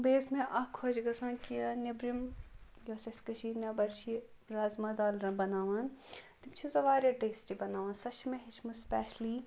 بیٚیہِ ٲسۍ مےٚ اَکھ خۄش گَژھان کہِ نیٚبرِم یۅس اَسہِ کٔشیٖر نیٚبر چھ رازماہ دال رَ بَناوان تِم چھِ سۄ واریاہ ٹیسٹی بَناوان سۄ چھِ مےٚ ہیٚچھمٕژ سُپیٚشلی